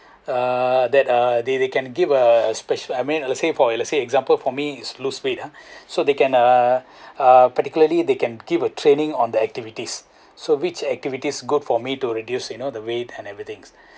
uh that uh they they can give a especial I mean let's say for let's say example for me is lose weight ah so they can uh (uh)particularly they can give a training on the activities so which activity is good for me to reduce you know the weight and every thing